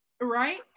right